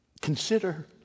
Consider